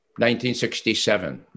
1967